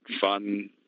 fun